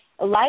Life